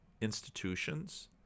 institutions